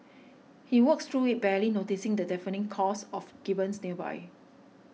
he walks through it barely noticing the deafening calls of gibbons nearby